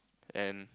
and